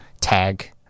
tag